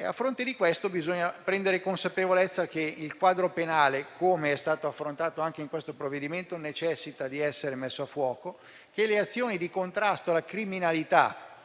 A fronte di questo, bisogna prendere consapevolezza che il quadro penale, come è stato affrontato anche in questo provvedimento, necessita di essere messo a fuoco. Sono necessarie azioni di contrasto alla criminalità